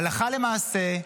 הלכה למעשה,